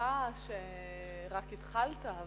אני מניחה שרק התחלת,